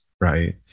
right